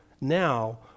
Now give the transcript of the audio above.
now